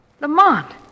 Lamont